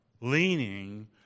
leaning